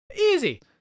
Easy